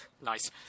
Nice